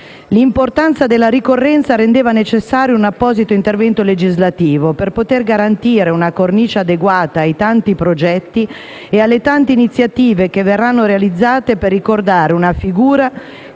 L'importanza della ricorrenza rendeva necessario un apposito intervento legislativo per poter garantire una cornice adeguata ai tanti progetti e alle tante iniziative che verranno realizzate per ricordare una figura